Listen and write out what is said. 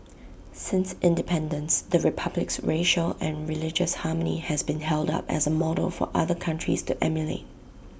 since independence the republic's racial and religious harmony has been held up as A model for other countries to emulate